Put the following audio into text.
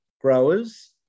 growers